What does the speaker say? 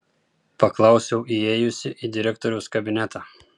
paklausiau įėjusi į direktoriaus kabinetą